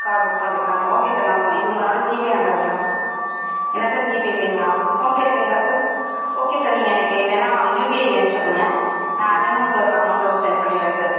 car book பண்ணுறத்துக்கு அனுப்பவா okay sir நான் உங்க இது உங்களோட ஜிபே நம்பருங்களா என்ன சார் ஜிபே இல்லைங்களா ஃபோன்பே இருக்குங்களா சார் ஓகே சார் நீங்கள் எனக்கு இல்லைனா யுபிஐ ஐடி அனுப்புச்சுவிடுங்க நான் அதுலருந்து உங்களுக்கு க அமௌன்டை வந்து செண்ட் பண்ணிவிட்றேன் சார்